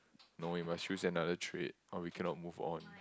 no you must choose another trait or we cannot move on